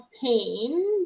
pain